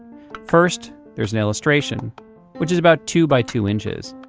first, there's an illustration which is about two-by-two inches.